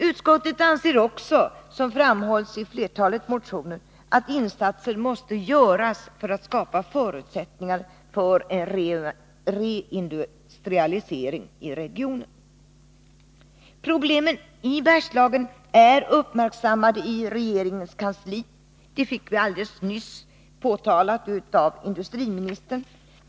Utskottet anser också att insatser måste göras för att skapa förutsättningar för en reindustrialisering i regionen, vilket framhålls i flertalet motioner. Problemen i Bergslagen är uppmärksammade i regeringens kansli — det fick vi alldeles nyss belägg för genom industriministerns anförande.